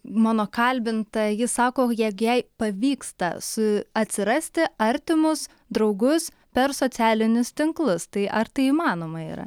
mano kalbinta ji sako jog jai pavyksta su atsirasti artimus draugus per socialinius tinklus tai ar tai įmanoma yra